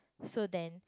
so then